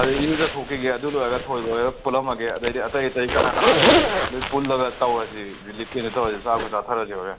ꯑꯗꯒꯤ ꯏꯔꯨꯖꯊꯣꯛꯈꯤꯒꯦ ꯑꯗꯨ ꯂꯣꯏꯔꯒ ꯊꯣꯏꯕꯍꯣꯏꯒ ꯄꯨꯜꯂꯝꯃꯒꯦ ꯑꯗꯩꯗꯤ ꯑꯇꯩ ꯑꯇꯩ ꯀꯅꯥ ꯀꯅꯥꯅꯣ ꯂꯣꯏ ꯄꯨꯜꯂꯒ ꯇꯧꯔꯁꯤ ꯔꯤꯂꯤꯞ ꯀꯤꯗꯣ ꯇꯧꯔꯁꯤ ꯆꯥꯛꯁꯨ ꯆꯥꯊꯔꯁꯤ ꯍꯣꯔꯦꯟ